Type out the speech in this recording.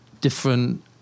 different